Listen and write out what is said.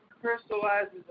crystallizes